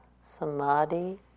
samadhi